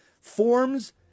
forms